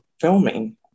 filming